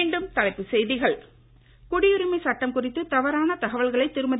மீண்டும் தலைப்புச் செய்திகள் குடியுரிமை சட்டம் குறித்து தவறான தகவல்களை திருமதி